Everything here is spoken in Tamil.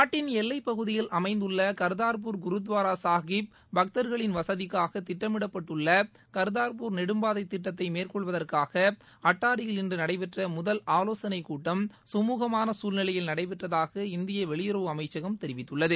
நாட்டின் எல்லை பகுதியில் அமைந்துள்ள கா்தா்ப்பூர் குருத்வாரா சாகிப் பக்தர்களின் வசதிக்காக திட்டமிடப்பட்டுள்ள கர்தார்ப்பூர் நெடும்பாதை திட்டத்தை மேற்கொள்வதற்காக அட்டாரியில் இன்று நடைபெற்ற முதல் ஆலோசனை கூட்டம் கமூகமான சூழ்நிலையில் நடைபெற்றதாக இந்திய வெளியுறவுத்துறை அமைச்சகம் தெரிவித்துள்ளது